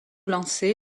lancé